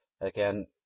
Again